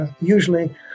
Usually